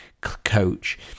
coach